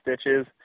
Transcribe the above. stitches